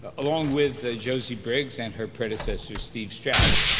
along with josie briggs and her predecessor, steve straws,